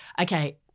Okay